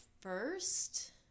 first